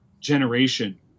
generation